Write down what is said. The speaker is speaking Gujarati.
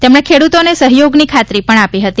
તેમણે ખેડૂતોને સહયોગની ખાતરી પણ આપી હતી